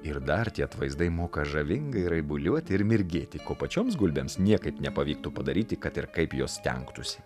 ir dar tie atvaizdai moka žavingai raibuliuoti ir mirgėti ko pačioms gulbėms niekaip nepavyktų padaryti kad ir kaip jos stengtųsi